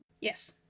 Yes